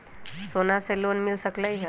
सोना से लोन मिल सकलई ह?